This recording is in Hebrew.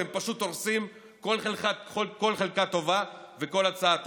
אתם פשוט הורסים כל חלקה טובה וכל הצעה טובה.